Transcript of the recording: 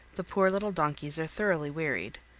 the poor little donkeys are thoroughly wearied,